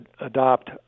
adopt